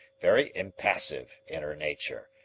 very impassive in her nature,